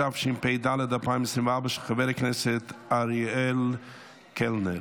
התשפ"ד 2024, של חבר הכנסת אריאל קלנר.